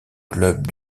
club